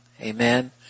Amen